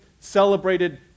celebrated